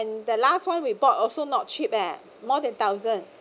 and the last one we bought also not cheap eh more than thousand